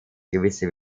gewisse